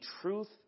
truth